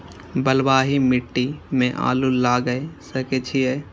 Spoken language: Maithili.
बलवाही मिट्टी में आलू लागय सके छीये?